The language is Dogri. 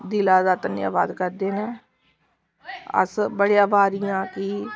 दिलै दा धन्याबाद करदे न अस बड़े अभारी आं कि